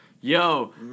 Yo